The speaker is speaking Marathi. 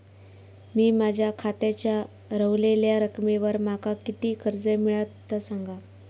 मी माझ्या खात्याच्या ऱ्हवलेल्या रकमेवर माका किती कर्ज मिळात ता सांगा?